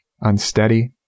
unsteady